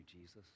Jesus